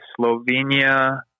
Slovenia